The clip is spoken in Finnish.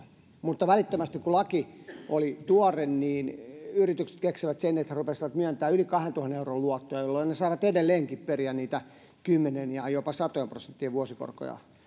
mutta välittömästi kun laki oli tuore yritykset keksivät että he rupesivat myöntämään yli kahdentuhannen euron luottoja jolloin ne saivat edelleenkin periä niitä kymmenien ja jopa satojen prosenttien vuosikorkoja